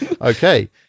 Okay